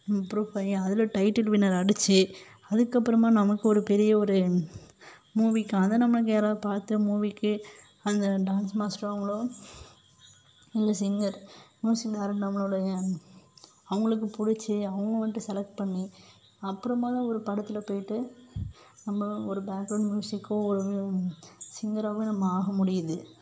proof பண்ணி அதில் title winner அடிச்சி அதுக்கு அப்புறமா நமக்கு ஒரு பெரிய ஒரு மூவிக்கு அதை நமக்கு யாராவது பார்த்து மூவிக்கு அந்த டேன்ஸ் மாஸ்டரும் அவங்களும் இல்லை சிங்கர் சிங்கர் யாரும் நம்மளுடைய அவங்களுக்கு பிடிச்சி அவங்க வந்துட்டு செலக்ட் பண்ணி அப்புறமா தான் ஒரு படத்தில் போய்விட்டு நம்ம ஒரு பேக்ரௌண்ட் மியூஸிக்கோ ஒரு சிங்கராகவோ நம்ம ஆக முடியுது